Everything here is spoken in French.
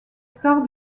stars